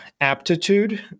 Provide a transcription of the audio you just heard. aptitude